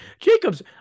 Jacobs